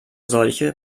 solche